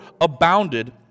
abounded